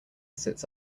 sits